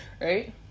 right